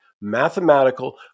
mathematical